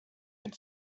had